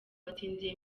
watsindiye